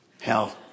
Hell